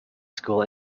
school